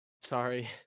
Sorry